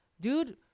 dude